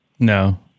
No